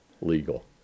legal